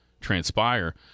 transpire